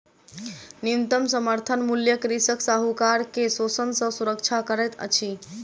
न्यूनतम समर्थन मूल्य कृषक साहूकार के शोषण सॅ सुरक्षा करैत अछि